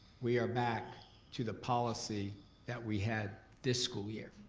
we are back to the policy that we had this school year.